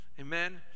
Amen